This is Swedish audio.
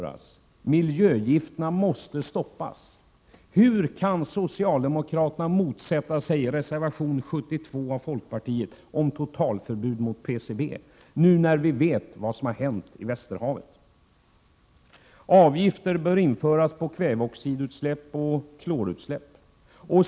Miljögifterna måste stoppas. Hur kan socialdemokraterna motsätta sig reservation 72 av folkpartiet om totalförbud av PCB, nu när vi vet vad som har hänt i Västerhavet? Avgifter bör införas på kväveoxidutsläpp och klorutsläpp.